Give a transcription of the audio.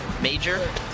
major